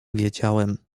wiedziałem